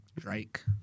Drake